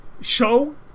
show